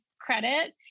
credit